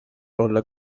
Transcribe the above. olla